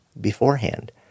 beforehand